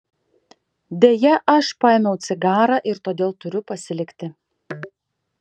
deja aš paėmiau cigarą ir todėl turiu pasilikti